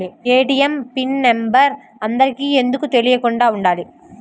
ATM PIN number అందరికి ఎందుకు తెలియకుండా ఉండాలి?